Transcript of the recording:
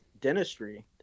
dentistry